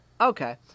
Okay